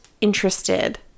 interested